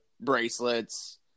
bracelets